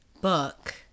book